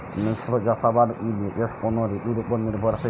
মিশ্র চাষাবাদ কি বিশেষ কোনো ঋতুর ওপর নির্ভরশীল?